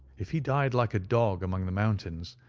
if he died like a dog among the mountains,